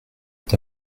est